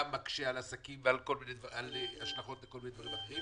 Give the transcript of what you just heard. מקשה על עסקים ויש לזה השלכות על כל מיני דברים אחרים